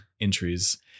entries